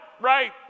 right